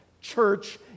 church